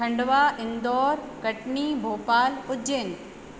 Khandwa Indore Katni Bhopal Ujjain